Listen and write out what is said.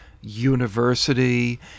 university